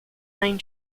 nine